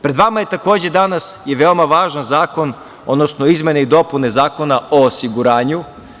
Pred vama je, takođe, danas i veoma važan zakon, odnosno izmene i dopune Zakona o osiguranju.